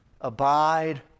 abide